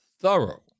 thorough